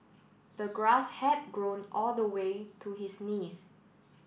the grass had grown all the way to his knees